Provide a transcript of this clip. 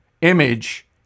Image